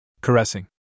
Caressing